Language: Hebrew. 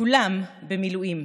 כולם במילואים,